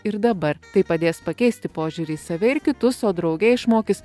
ir dabar tai padės pakeisti požiūrį į save ir kitus o drauge išmokys